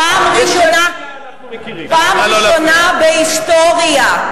פעם ראשונה בהיסטוריה,